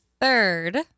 Third